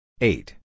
Eight